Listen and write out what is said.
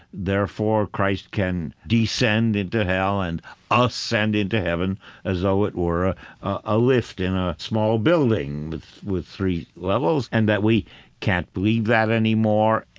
therefore, christ can descend into here and ah ascend into heaven as though it were a lift in a small building with with three levels, and that we can't believe that anymore,